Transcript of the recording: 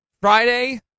Friday